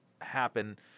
happen